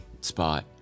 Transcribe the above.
spot